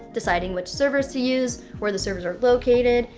deciding which servers to use, where the servers are located,